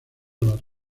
las